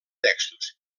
textos